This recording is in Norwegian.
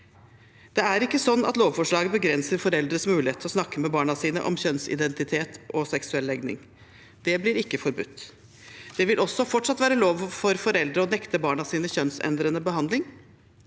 Det er ikke sånn at lovforslaget begrenser foreldres mulighet til å snakke med barna sine om kjønnsidentitet og seksuell legning. Det blir ikke forbudt. Det vil også fortsatt være lov for foreldre å nekte barna sine kjønnsendrende behandling.